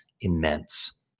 immense